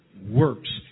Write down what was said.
Works